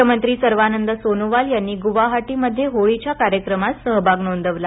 मुख्यमंत्री सर्वांनंद सोनोवाल यांनी गुवाहाटीमध्ये होळीच्या कार्यक्रमात सहभाग नोंदवला